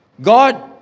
God